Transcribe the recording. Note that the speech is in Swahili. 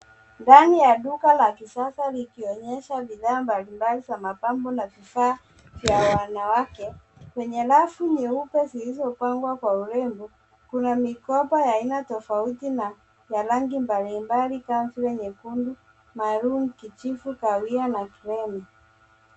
Ndani ya duka la kisasa likionyesha bidhaa mbalimbali za mapambo na vifaa vya wanawake kwenye rafu nyeupe zilizopangwa kwa urembo. Kuna mikoba ya aina tofauti na ya rangi mbalimbali kama nyekundu, maroon , kijivu kahawia na green .